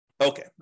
Okay